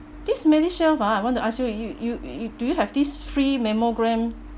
this medishield ah I want to ask you you you you you do you have this free mammogram